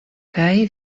kaj